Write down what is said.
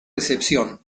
decepción